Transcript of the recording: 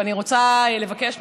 ואני רוצה לבקש מכם: